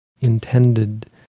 intended